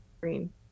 green